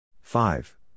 Five